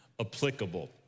applicable